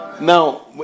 Now